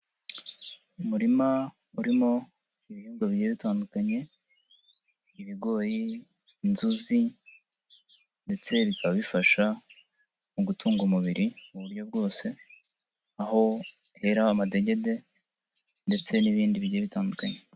Umurima urimo ibihingwa bigiye bitandukanye, ibigori, inzuzi ndetse bikaba bifasha mu gutunga umubiri mu buryo bwose, aho hera amadegede ndetse n'ibindi bigiye bitandukanye.